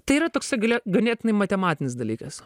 tai yra toksai galė ganėtinai matematinis dalykas